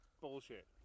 Bullshit